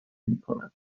میکند